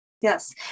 Yes